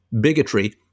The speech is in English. bigotry